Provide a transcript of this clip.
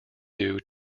due